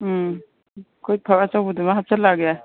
ꯎꯝ ꯑꯩꯈꯣꯏ ꯐꯛ ꯑꯆꯧꯕꯗꯨꯃ ꯍꯥꯞꯆꯤꯜꯂꯒꯦ